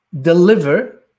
deliver